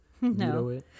No